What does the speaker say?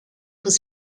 was